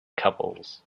couples